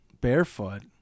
barefoot